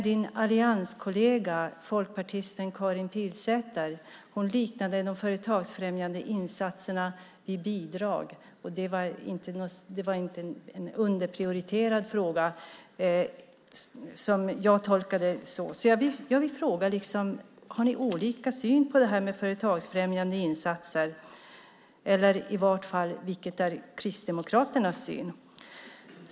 Din allianskollega folkpartisten Karin Pilsäter liknade de företagsfrämjande insatserna vid bidrag och jag tolkade det som att det är en underprioriterad fråga. Har ni olika syn på företagsfrämjande insatser? Vilken är Kristdemokraternas syn?